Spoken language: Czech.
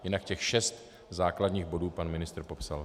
Jinak těch šest základních bodů pan ministr popsal.